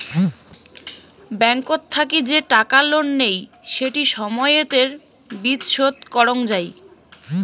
ব্যাংকত থাকি যে টাকা লোন নেই সেটি সময়তের বিচ শোধ করং যাই